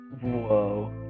Whoa